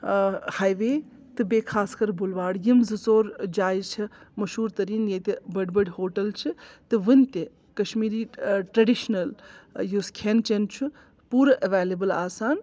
ہاے وے تہٕ بیٚیہِ خاص کَر بُلواڑ یِم زٕ ژور جایہِ چھِ مشہوٗر تٔریٖن ییٚتہِ بٔڈۍ بٔڈۍ ہوٹَل چھِ تہٕ وُنہِ تہِ کشمیٖری ٹریٚڈِشنَل یُس کھٮ۪ن چٮ۪ن چھُ پوٗرٕ ایٚویلیبُل آسان